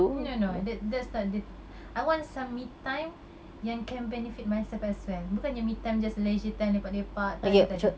no no that's not the I want some me time yang can benefit myself as well bukan macam me time just leisure time lepak-lepak tak ada tak ada